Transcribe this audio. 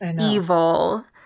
evil